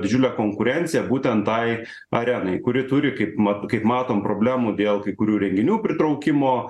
didžiulę konkurenciją būtent tai arenai kuri turi kaipmat kaip matom problemų dėl kai kurių renginių pritraukimo